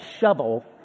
shovel